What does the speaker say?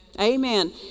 Amen